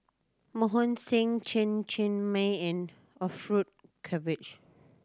Mohan Singh Chen Cheng Mei and Orfeur Cavenagh